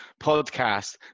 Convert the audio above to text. podcast